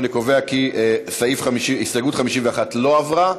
אני קובע כי הסתייגות 51 לא התקבלה,